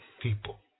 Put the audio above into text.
people